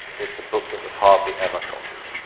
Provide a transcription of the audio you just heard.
it's a book that was hardly ever copied.